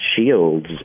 shields